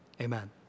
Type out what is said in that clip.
amen